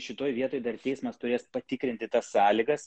šitoj vietoj dar teismas turės patikrinti tas sąlygas